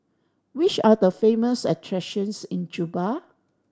which are the famous attractions in Juba